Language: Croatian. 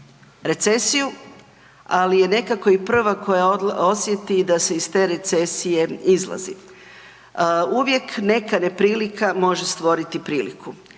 recesiju, ali je nekako i prva koja osjeti i da se iz te recesije izlazi. Uvijek neka neprilika može stvoriti priliku.